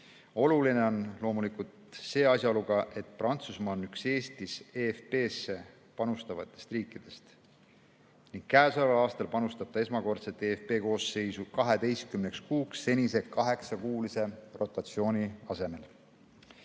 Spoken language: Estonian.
Oluline on loomulikult ka asjaolu, et Prantsusmaa on üks Eestis eFP-sse panustavatest riikidest ning käesoleval aastal panustab ta esmakordselt eFP koosseisu 12 kuuks senise 8-kuulise rotatsiooni asemel.